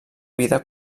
vida